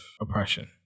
oppression